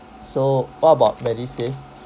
so what about medisave